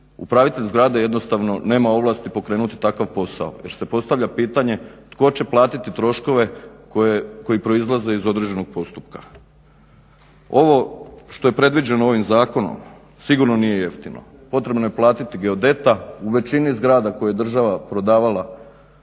upravitelj zgrade jednostavno nema ovlasti pokrenuti takav posao jer se postavlja pitanje tko će platiti troškove koji proizlaze iz određenog postupka. Ovo što je predviđeno ovim zakonom sigurno nije jeftino. Potrebno je platiti geodeta u većini zgrada koje je država prodavala